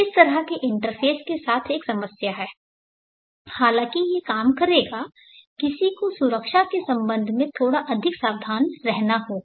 इस तरह के इंटरफ़ेस के साथ एक समस्या है हालांकि यह काम करेगा किसी को सुरक्षा के संबंध में थोड़ा अधिक सावधान रहना होगा